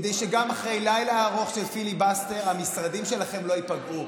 כדי שגם אחרי לילה ארוך של פיליבסטר המשרדים שלכם לא ייפגעו.